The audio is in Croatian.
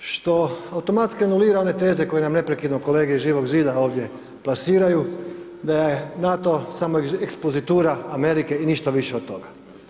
Što automatski anulira one teze, koje nam neprekidno kolege iz Živog zida ovdje plasiraju da je NATO samo ekspozitura Amerike i ništa više od toga.